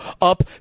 up